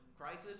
crisis